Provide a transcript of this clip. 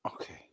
Okay